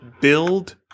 build